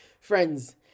friends